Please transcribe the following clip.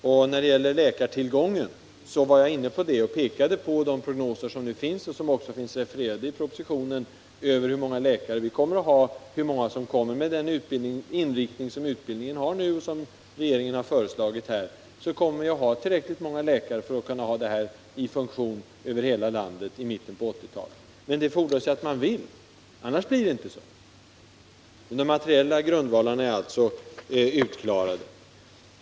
Jag var i mitt anförande inne på läkartillgången och visade på de prognoser som i propositionen finns refererade över hur många läkare vi kommer att ha. Med den inriktning av utbildningen som regeringen har föreslagit, kommer vi att ha tillräckligt många läkare för att ha det här systemet i funktion över hela landet i mitten av 1980-talet. Men det fordras att man vill det — annars blir det inte så. Den materiella grundvalen finns alltså.